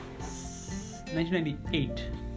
1998